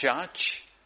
judge